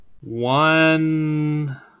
One